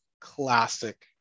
classic